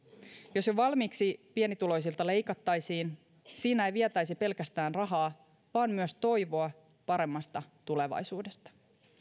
jos jo valmiiksi pienituloisilta leikattaisiin siinä ei vietäisi pelkästään rahaa vaan myös toivoa paremmasta tulevaisuudesta